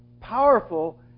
powerful